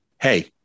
Hey